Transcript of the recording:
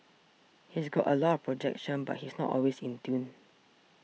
he's got a lot of projection but he's not always in tune